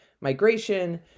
migration